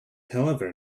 however